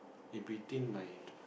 in between my